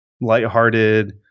lighthearted